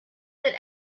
that